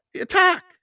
attack